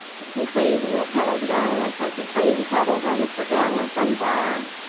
get some crazy little petals going. i mean like to have some crazy petals on mister downward sunflower.